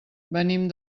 venim